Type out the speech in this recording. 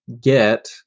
get